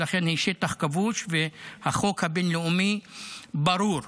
ולכן היא שטח כבוש והחוק הבין-לאומי ברור.